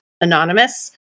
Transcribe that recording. anonymous